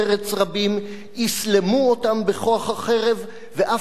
אסלמו אותם בכוח החרב ואף נאחזו בהם.